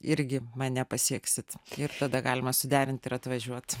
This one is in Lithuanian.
irgi mane pasieksit ir tada galima suderint ir atvažiuot